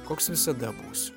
koks visada būsiu